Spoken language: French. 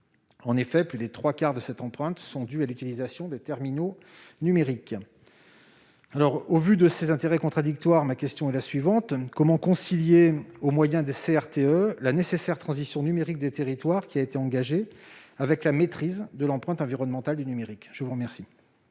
En effet, plus des trois quarts de cette empreinte sont dus à l'utilisation des terminaux numériques. Au vu de ces intérêts contradictoires, comment concilier, au moyen des CRTE, la nécessaire transition numérique des territoires qui a été engagée avec la maîtrise de l'empreinte environnementale du numérique ? La parole